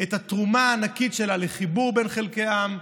את התרומה הענקית שלו לחיבור בין חלקי העם,